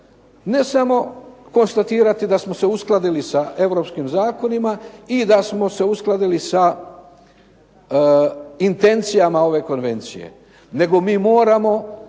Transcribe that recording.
ne samo konstatirati da smo se uskladili sa europskim zakonima i da smo se uskladili sa intencijama ove konvencije, nego mi moramo